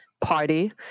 party